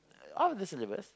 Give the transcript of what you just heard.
out of the syllabus